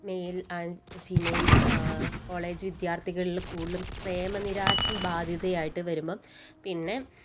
mail and female college വിദ്യാർഥികളില് കൂടുതലും പ്രേമ നിരാശ ബാധിതയായിട്ട് വരുമ്പം പിന്നെ